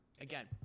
again